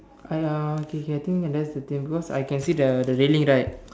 !aiya! okay okay I think and that's the things because I can see the the railing right